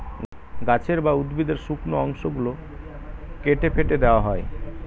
গাছের বা উদ্ভিদের শুকনো অংশ গুলো কেটে ফেটে দেওয়া হয়